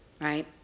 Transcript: right